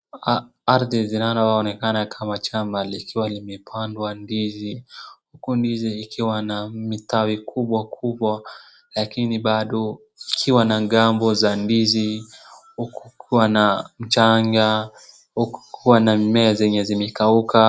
Ardhi zinaloonekana kama shamba likiwa limepandwa ndizi. Huku ndizi zikiwa na mitawi kubwa kubwa lakini bado zikiwa na gambo za ndizi huku kukiwa na mchanga, huku kukiwa na mimea zenye zimekauka.